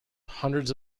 hundreds